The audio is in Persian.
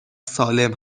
سالم